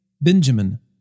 Benjamin